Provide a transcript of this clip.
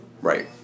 Right